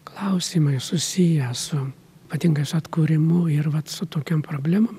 klausimai susiję su ypatingai su atkūrimu ir vat su tokiom problemom